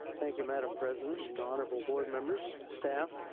thank you madame president and honorable board members, staff.